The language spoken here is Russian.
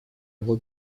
его